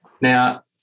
Now